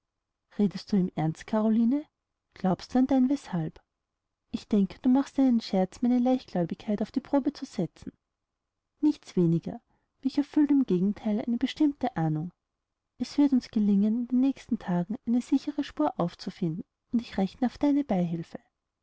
redest du im ernst caroline glaubst du an dein weßhalb ich denke du machst dir einen scherz meine leichtgläubigkeit auf die probe zu setzen nichts weniger mich erfüllt im gegentheil die bestimmte ahnung es wird uns gelingen in den nächsten tagen eine sichere spur aufzufinden und ich rechne auf deine beihilfe